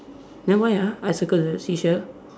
then why ah I circle the seashell